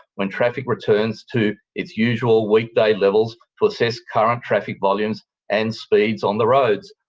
when traffic returns to it usual weekday levels to assess current traffic volumes and speeds on the roads.